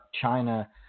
China